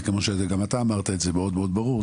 כמו שגם אתה אמרת את זה מאוד ברור,